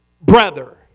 brother